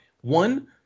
One